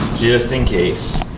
just in case.